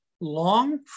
Long